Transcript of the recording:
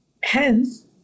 hence